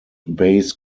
base